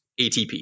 atp